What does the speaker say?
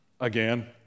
again